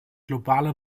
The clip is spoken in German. globale